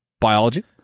biology